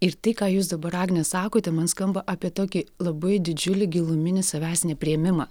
ir tai ką jūs dabar agne sakote man skamba apie tokį labai didžiulį giluminį savęs nepriėmimą